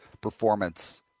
performance